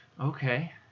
Okay